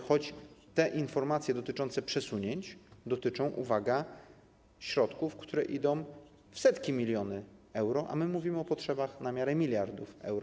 Choć te informacje dotyczące przesunięć dotyczą, uwaga, środków, które idą w setki milionów euro, a my mówimy o potrzebach na miarę miliardów euro.